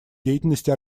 деятельности